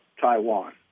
Taiwan